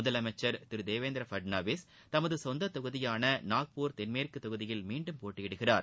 முதலமைச்சர் திரு தேவேந்திரபட்னாவிஸ் தமது சொந்த தொகுதியாள நாக்பூர் தென்மேற்கு தொகுதியில் மீண்டும் போட்டியிடுகிறார்